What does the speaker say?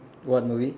what movie